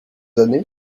années